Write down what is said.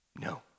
no